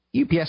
UPS